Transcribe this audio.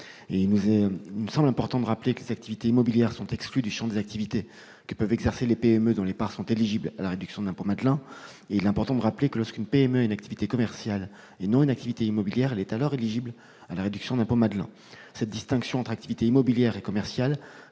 Il nous semble important de rappeler que les activités immobilières sont exclues du champ des activités que peuvent exercer les PME dont les parts sont éligibles à la réduction d'impôt « Madelin », et que, lorsqu'une PME a une activité commerciale, et non immobilière, elle est alors éligible à la réduction d'impôt « Madelin ». Cette distinction entre activité immobilière et activité commerciale